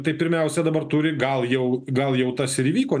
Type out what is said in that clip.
tai pirmiausia dabar turi gal jau gal jau tas ir įvyko